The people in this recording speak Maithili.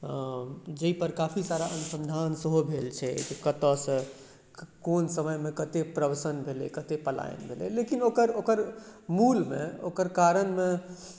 जाहिपर काफी सारा अनुसन्धान सेहो भेल छै कतऽसँ कोन समयमे कते प्रवसन भेलै कते पलायन भेलै लेकिन ओकर ओकर मूलमे ओकर कारणमे